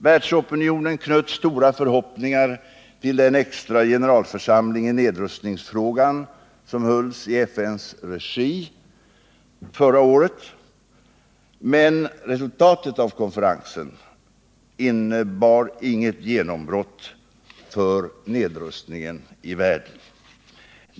Världsopinionen knöt stora förhoppningar till den extra generalförsamling i nedrustningsfrågor som hölls i FN:s regi förra året, men resultatet av konferensen innebar inget genombrott för nedrustningen i världen.